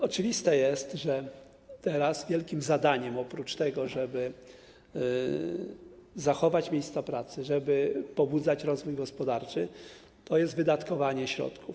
Oczywiste jest, że teraz wielkim zadaniem, oprócz tego, żeby zachować miejsca pracy, żeby pobudzać rozwój gospodarczy, jest wydatkowanie środków.